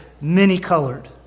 many-colored